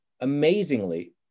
amazingly